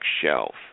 shelf